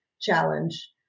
challenge